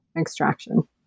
extraction